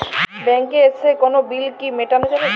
ব্যাংকে এসে কোনো বিল কি মেটানো যাবে?